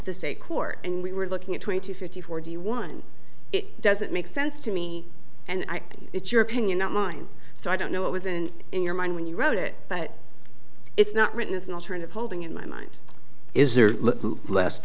the state court and we were looking at twenty two fifty forty one it doesn't make sense to me and i think it's your opinion not mine so i don't know what was in in your mind when you wrote it but it's not written as an alternate holding in my mind is